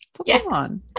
Pokemon